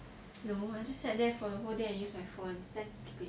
no I just sat there for the whole day and use my phone it's damn stupid